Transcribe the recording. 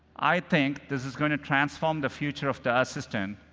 i think this is going to transform the future of the assistant.